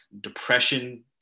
depression